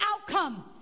outcome